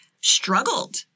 struggled